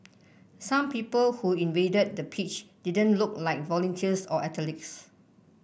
some people who invaded the pitch didn't look like volunteers or athletes